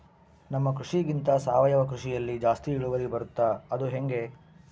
ನಮ್ಮ ಕೃಷಿಗಿಂತ ಸಾವಯವ ಕೃಷಿಯಲ್ಲಿ ಜಾಸ್ತಿ ಇಳುವರಿ ಬರುತ್ತಾ ಅದು ಹೆಂಗೆ?